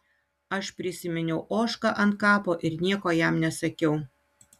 aš prisiminiau ožką ant kapo ir nieko jam nesakiau